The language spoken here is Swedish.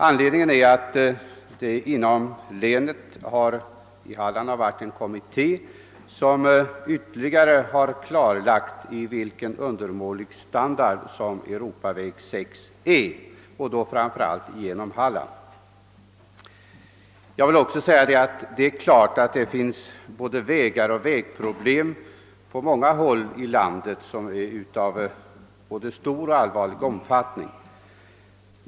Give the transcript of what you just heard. Anledningen härtill är emellertid att en kommitté inom Hallands län ytterligare klarlagt vilken undermålig standard som Europaväg 6 har, framför allt på dess sträckning genom Halland. Det finns självfallet vägar och vägproblem på många håll i landet som är av både stor och allvarlig omfattning.